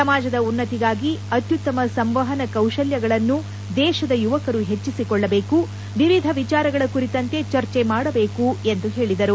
ಸಮಾಜದ ಉನ್ನತಿಗಾಗಿ ಅತ್ಯುತ್ತಮ ಸಂವಹನ ಕೌಶಲಗಳನ್ನು ದೇಶದ ಯುವಕರು ಹೆಚ್ಚಿಸಿಕೊಳ್ಳಬೇಕು ವಿವಿಧ ವಿಚಾರಗಳ ಕುರಿತಂತೆ ಚರ್ಚೆ ಮಾಡಬೇಕು ಎಂದು ಹೇಳಿದರು